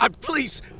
Please